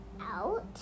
out